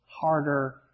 harder